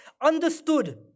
understood